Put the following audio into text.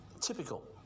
typical